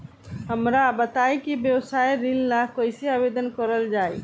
हमरा बताई कि व्यवसाय ऋण ला कइसे आवेदन करल जाई?